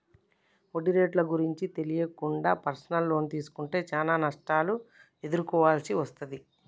వడ్డీ రేట్లు గురించి తెలియకుండా పర్సనల్ తీసుకుంటే చానా నష్టాలను ఎదుర్కోవాల్సి వస్తది